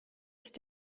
ist